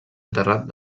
enterrat